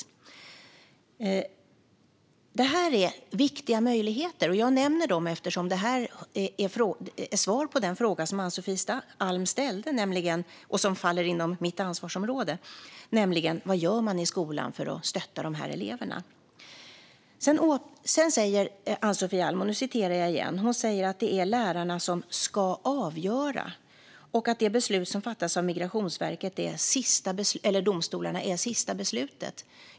Dessa yrkespaket är alltså framtagna tillsammans med arbetsmarknadens parter. Detta är viktiga möjligheter. Jag nämner dem eftersom detta är svar på den fråga som Ann-Sofie Alm ställde och som faller inom mitt ansvarsområde, nämligen vad man gör i skolan för att stötta dessa elever. Ann-Sofie Alm säger att det är lärarna som ska avgöra och att det beslut som fattas av domstolarna är det sista beslutet.